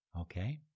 Okay